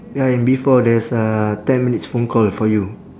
ya in B four there's a ten minutes phone call for you